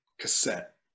cassette